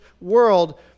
world